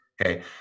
Okay